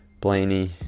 Blaney